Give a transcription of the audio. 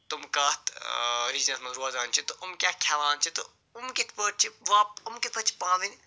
تِم کتھ ریجنس منٛز روزان چھِ تہٕ تِم کیٛاہ کھٮ۪وان چھِ تہٕ یِمن کِتھٕ پٲٹھۍ چھِ واپس یِمن کِتھٕ پٲٹھۍ چھِ پانہٕ وٲنۍ